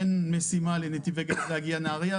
אין משימה לנתיבי גז להגיע לנהריה.